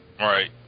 Right